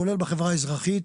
כולל בחברה האזרחית,